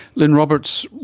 lynne roberts,